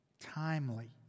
timely